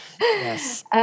Yes